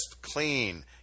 clean